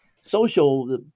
social